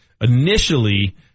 initially